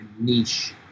niche